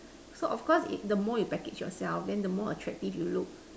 so of course if the more you package yourself then the more attractive you look